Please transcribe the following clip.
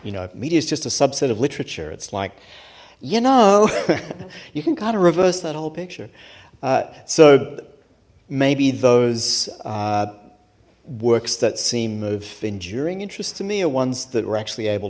you know media is just a subset of literature it's like you know you can kind of reverse that whole picture so maybe those works that seem of enduring interest to me are ones that were actually